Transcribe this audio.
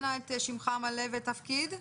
אנא את שמך המלא ותפקיד.